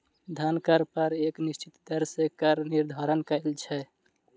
धन कर पर एक निश्चित दर सॅ कर निर्धारण कयल छै